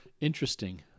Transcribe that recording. Interesting